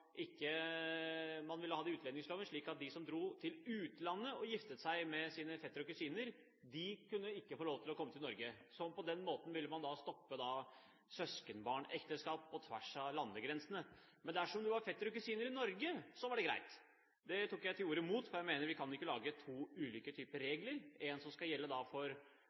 ikke få lov til å komme til Norge. På den måten ville man stoppe søskenbarnekteskap på tvers av landegrensene. Men dersom det var en fetter eller en kusine i Norge, var det greit. Det tok jeg til orde imot, for jeg mener at vi ikke kan lage to ulike typer regler, en som skal gjelde for